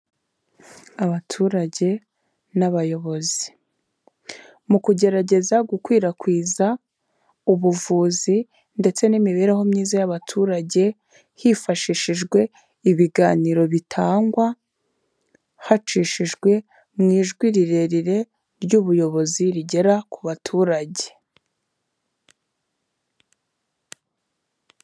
Abaturage n'abayobozi, mu kugerageza gukwirakwiza ubuvuzi ndetse n'imibereho myiza y'abaturage, hifashishijwe ibiganiro bitangwa, hacishijwe mu ijwi rirerire ry'ubuyobozi rigera ku baturage.